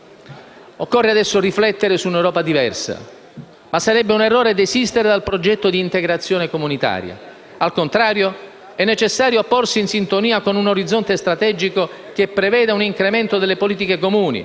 Occorre adesso riflettere su un'Europa diversa, ma sarebbe un errore desistere dal progetto di integrazione comunitaria. Al contrario, è necessario porsi in sintonia con un orizzonte strategico che preveda un incremento delle politiche comuni,